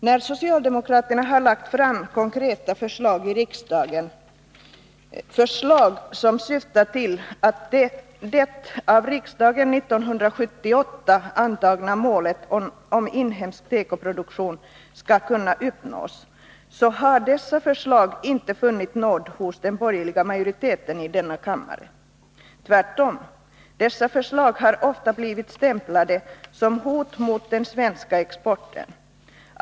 När socialdemokraterna i riksdagen har lagt fram konkreta förslag som syftat till att det av riksdagen 1978 fastställda målet om inhemsk tekoproduktion skall kunna uppnås, har dessa förslag inte funnit nåd hos den borgerliga majoriteten i denna kammare. Tvärtom har dessa förslag ofta blivit stämplade som hot mot den svenska exporten.